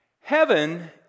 Heaven